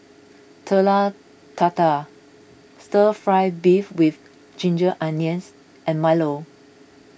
Telur Dadah Stir Fry Beef with Ginger Onions and Milo